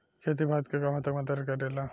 खेती भारत के कहवा तक मदत करे ला?